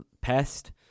Pest